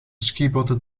skibotten